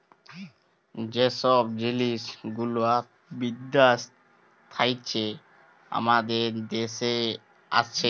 যে ছব জিলিস গুলা বিদ্যাস থ্যাইকে আমাদের দ্যাশে আসে